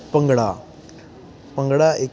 ਭੰਗੜਾ ਭੰਗੜਾ ਇੱਕ